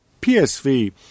PSV